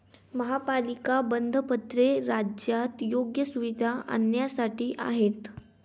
महापालिका बंधपत्रे राज्यात योग्य सुविधा आणण्यासाठी आहेत